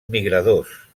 migradors